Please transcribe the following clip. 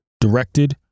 directed